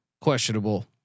questionable